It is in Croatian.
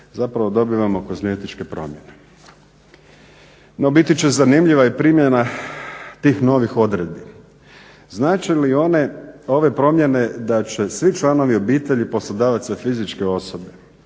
zapravo dobivamo kozmetičke promjene. No biti će zanimljiva i primjena tih novih odredbi. Znače li ove promjene da će svi članovi obitelji poslodavaca fizičke osobe